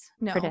no